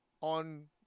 on